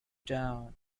down